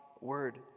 Word